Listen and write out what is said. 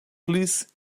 please